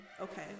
Okay